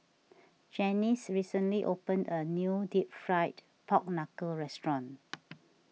Janis recently opened a new Deep Fried Pork Knuckle restaurant